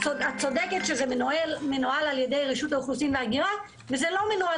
את צודקת שזה מנוהל ע"י רשות האוכלוסין וההגירה וזה לא מנוהל